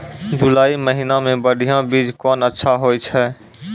जुलाई महीने मे बढ़िया बीज कौन अच्छा होय छै?